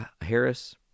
Harris